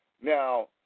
Now